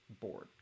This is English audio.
board